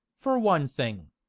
for one thing